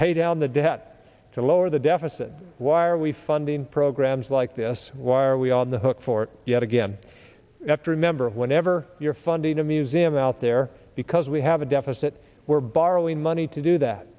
pay down the debt to lower the deficit why are we funding programs like this why are we on the hook for yet again after remember whenever you're funding a museum out there because we have a deficit we're borrowing money to do that